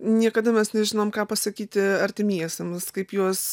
niekada mes nežinom ką pasakyti artimiesiems kaip juos